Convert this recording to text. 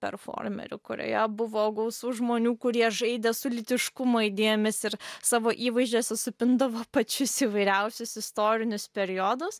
performerių kurioje buvo gausu žmonių kurie žaidė su lytiškumo idėjomis ir savo įvaizdžiuose supindavo pačius įvairiausius istorinius periodus